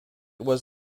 was